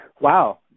Wow